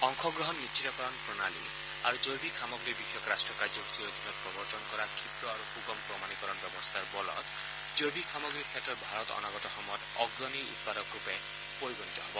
অংশগ্ৰহণ নিশ্চিতকৰণ প্ৰণালী আৰু জৈৱিক সামগ্ৰী বিষয়ক ৰাষ্ট্ৰীয় কাৰ্যসচীৰ অধীনত প্ৰৱৰ্তন কৰা ক্ষীপ্ৰ আৰু সুগম প্ৰমাণীকৰণ ব্যৱস্থাৰ বলত জৈৱিক সামগ্ৰীৰ ক্ষেত্ৰত ভাৰত অনাগত সময়ত অগ্ৰণী উৎপাদকৰূপে পৰিগণিত হ'ব